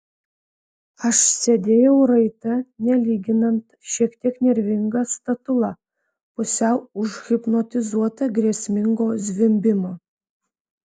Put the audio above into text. aš sėdėjau raita nelyginant šiek tiek nervinga statula pusiau užhipnotizuota grėsmingo zvimbimo